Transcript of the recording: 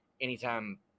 anytime